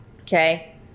okay